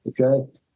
Okay